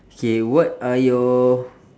K what are your